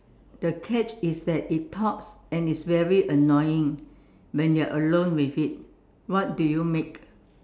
the catch is that it talks and it's very annoying when you are alone with it what do you make